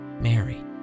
Mary